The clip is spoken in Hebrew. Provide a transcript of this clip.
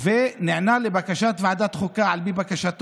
צריכה להיות כזאת שבאמת תטמיע את הערכים